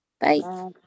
Bye